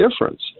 difference